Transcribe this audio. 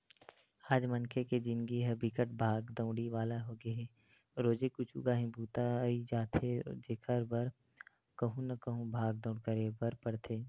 आज मनखे के जिनगी ह बिकट भागा दउड़ी वाला होगे हे रोजे कुछु काही बूता अई जाथे जेखर बर कहूँ न कहूँ भाग दउड़ करे बर परथे